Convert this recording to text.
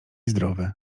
zdrowy